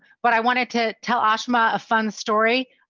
but i wanted to tell asha a fun story.